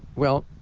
well,